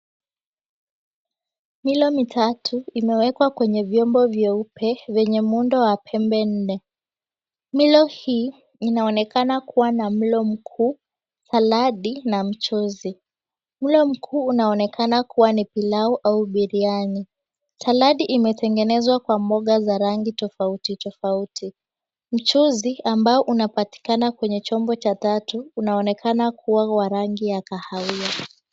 Milo mitatu, imewekwa kwenye vyombo vyeupe vyenye muundo wa pembe nne. Milo hii iaonekana kuwa na mlo mkuu, saladi na mchuzi. Mlo mkuu unaonekana kuwa ni pilau au biriani. Saladi imetengenezwa kwa mboga za rangi tofauti tofauti. Mchuzi ambao unapatikana kwenye chombo cha tatu, unaonekana kuwa wa rangi ya kahawia.